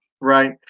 right